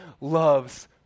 loves